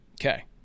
Okay